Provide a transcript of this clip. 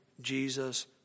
Jesus